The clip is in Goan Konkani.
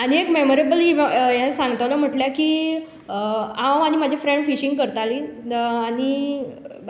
आनी एक मेमोरेबल हें सांगतलो म्हणल्यार की हांव आनी म्हजे फ्रेंड फिशींग करताली आनी